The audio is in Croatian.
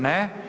Ne.